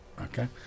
Okay